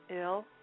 ill